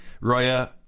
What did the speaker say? Roya